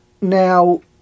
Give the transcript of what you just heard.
Now